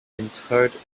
interred